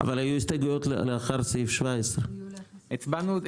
אבל היו הסתייגויות לאחר סעיף 17. הצבענו,